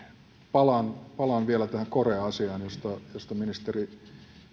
palaan palaan vielä tähän korea asiaan josta josta ministeri